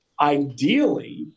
Ideally